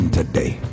today